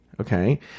okay